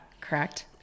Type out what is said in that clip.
correct